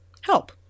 help